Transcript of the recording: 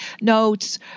notes